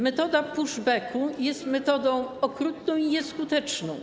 Metoda push back jest metodą okrutną i nieskuteczną.